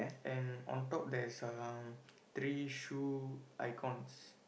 and on top there's uh three shoe icons